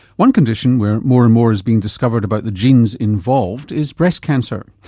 one condition where more and more is being discovered about the genes involved is breast cancer.